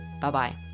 Bye-bye